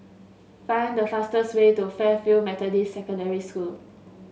find the fastest way to Fairfield Methodist Secondary School